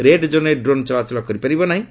red ଜୋନ୍ରେ drone ଚଳାଚଳ କରିପାରିବ ନାହିଁ